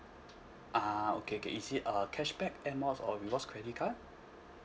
ah okay okay is it a cashback air miles or rewards credit card